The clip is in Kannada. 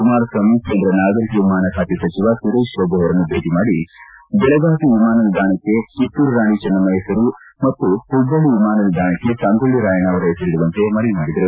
ಕುಮಾರಸ್ವಾಮಿ ಕೇಂದ್ರ ನಾಗರಿಕ ವಿಮಾನ ಖಾತೆ ಸಚಿವ ಸುರೇತ್ ಪ್ರಭು ಅವರನ್ನು ಭೇಟ ಮಾಡಿ ಬೆಳಗಾವಿ ವಿಮಾನ ನಿಲ್ದಾಣಕ್ಕೆ ಕಿತ್ತೂರು ರಾಣಿ ಚೆನ್ನಮ್ಮ ಮತ್ತು ಹುಬ್ಬಳ್ಳಿ ವಿಮಾನ ನಿಲ್ದಾಣಕ್ಕೆ ಸಂಗೊಳ್ಳಿ ರಾಯಣ್ಣ ಅವರ ಹೆಸರಿಡುವಂತೆ ಮನವಿ ಮಾಡಿದರು